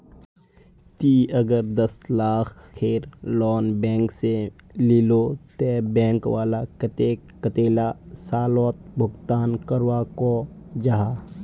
ती अगर दस लाखेर लोन बैंक से लिलो ते बैंक वाला कतेक कतेला सालोत भुगतान करवा को जाहा?